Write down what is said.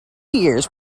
years